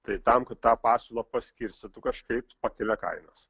tai tam kad tą pasiūlą paskirstytų kažkaip pakelia kainas